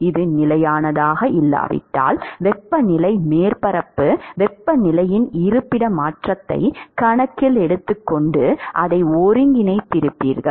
இது நிலையானதாக இல்லாவிட்டால் வெப்பநிலை மேற்பரப்பு வெப்பநிலையின் இருப்பிட மாற்றத்தை கணக்கில் எடுத்துக்கொண்டு அதை ஒருங்கிணைத்திருப்பீர்கள்